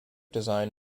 design